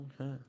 Okay